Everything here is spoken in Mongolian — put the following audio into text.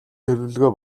төлөвлөгөө